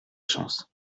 chance